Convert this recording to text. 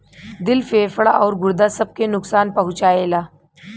दिल फेफड़ा आउर गुर्दा सब के नुकसान पहुंचाएला